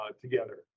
together